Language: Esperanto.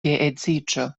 geedziĝo